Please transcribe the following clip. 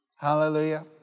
Hallelujah